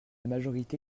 majorité